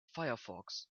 firefox